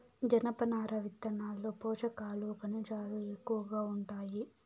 జనపనార విత్తనాల్లో పోషకాలు, ఖనిజాలు ఎక్కువగా ఉంటాయి